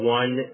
one